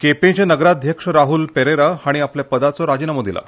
केंपेचे नगराध्यक्ष राहूल पेरेरा हांणी आपल्या पदाचो राजिनामो दिला